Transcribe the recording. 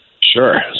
Sure